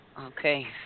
Okay